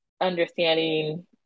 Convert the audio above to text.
understanding